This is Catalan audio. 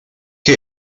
què